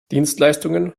dienstleistungen